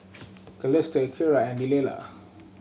Celeste Kiera and Delila